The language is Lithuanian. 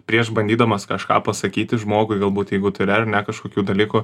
prieš bandydamas kažką pasakyti žmogui galbūt jeigu turi ar ne kažkokių dalykų